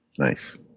Nice